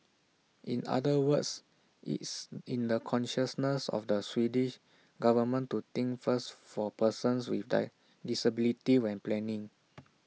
in other words it's in the consciousness of the Swedish government to think first for persons with die disabilities when planning